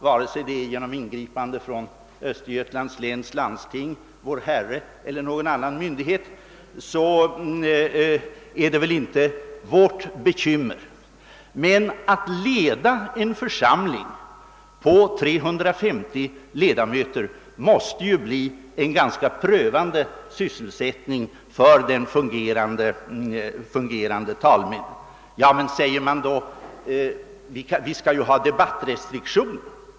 Vare sig detta nu sker genom ingripande från Östergötlands läns landsting, Vår Herre eller någon annan myndighet är det ju inte vårt bekymmer. Men att leda en församling på 350 ledamöter måste bli en ganska prövande sysselsättning för den fungerande talmannen. Men, säger man, vi skall ju ha debattrestriktioner.